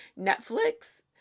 Netflix